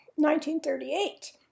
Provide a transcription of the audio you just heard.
1938